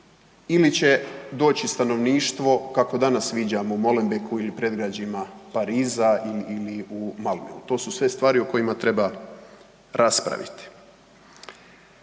ili će doći stanovništvo kako danas viđamo u Molenbeeku ili predgrađima Pariza ili u …, to su sve stvari o kojima treba raspraviti.